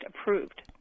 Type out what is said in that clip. approved